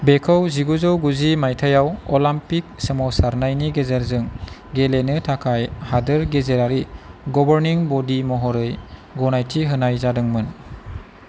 बेखौ जिगुजौ गुजि मायथाइयाव अलिम्पिक सोमावसारनायनि गेजेरजों गेलेनो थाखाय हादोर गेजेरारि गभर्निं बडी महरै गनायथि होनाय जादोंमोन